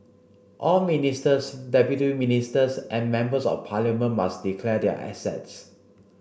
all ministers deputy ministers and members of parliament must declare their assets